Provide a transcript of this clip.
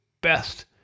best